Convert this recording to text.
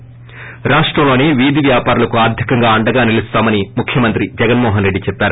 ి రాష్టంలోని వీధి వ్యాపారులకు ఆర్గికంగా అండగా నిలుస్తామని ముఖ్యమంత్రి జగన్మో హనరెడ్డి చెప్పారు